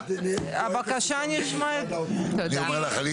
הבעיה נשמעת --- אני אומר לך אני